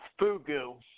fugu